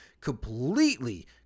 completely